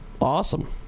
Awesome